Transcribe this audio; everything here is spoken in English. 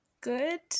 good